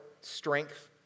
strength